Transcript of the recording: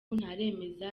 ntaremeza